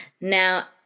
Now